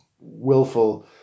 willful